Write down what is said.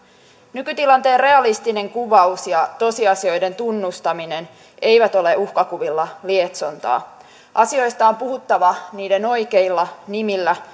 nykytilanteen realistinen kuvaus ja tosiasioiden tunnustaminen eivät ole uhkakuvilla lietsontaa asioista on puhuttava niiden oikeilla nimillä